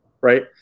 right